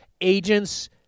Agents